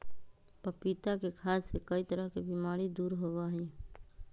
पपीता के खाय से कई तरह के बीमारी दूर होबा हई